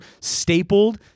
stapled